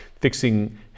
fixing